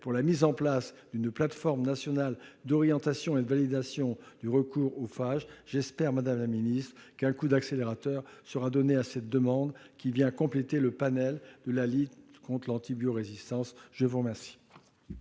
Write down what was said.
pour la mise en place d'une plateforme nationale d'orientation et de validation du recours aux phages. J'espère, madame la ministre, qu'un coup d'accélérateur sera donné à cette demande, qui vient compléter le panel de la lutte contre l'antibiorésistance. La parole